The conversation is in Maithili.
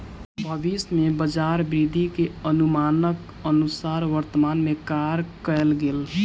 भविष्य में बजार वृद्धि के अनुमानक अनुसार वर्तमान में कार्य कएल गेल